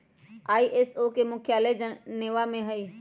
ISO के मुख्यालय Geneva में हइ